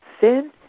Sin